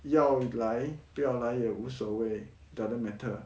要来不要来也无所谓 doesn't matter